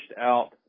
out